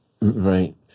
Right